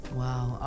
wow